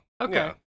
Okay